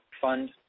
fund